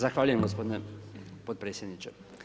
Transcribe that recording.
Zahvaljujem gospodine potpredsjedniče.